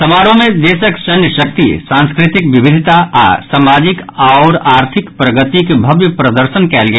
समारोह मे देशक सैन्य शक्ति सांस्कृतिक विविधता आओर सामाजिक आ आर्थिक प्रगतिक भब्य प्रदर्शन कयल गेल